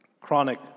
chronic